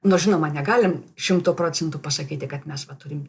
nors žinoma negalim šimtu procentų pasakyti kad mes va turim